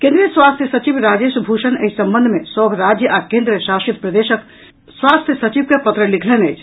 केंद्रीय स्वास्थ्य सचिव राजेश भूषण एहि संबंध मे सभ राज्य आ केंद्र शासित प्रदेश सभक स्वास्थ्य सचिव के पत्र लिखलनि अछि